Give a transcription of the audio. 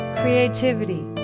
creativity